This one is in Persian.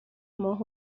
ماه